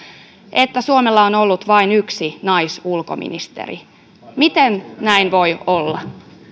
että suomella on ollut vain yksi naisulkoministeri miten näin voi olla